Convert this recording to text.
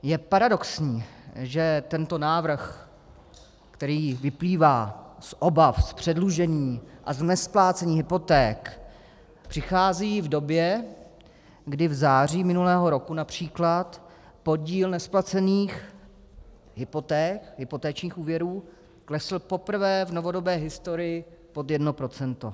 Je paradoxní, že tento návrh, který vyplývá z obav z předlužení a z nesplácení hypoték, přichází v době, kdy v září minulého roku například podíl nesplacených hypoték, hypotečních úvěrů, klesl poprvé v novodobé historii pod jedno procento.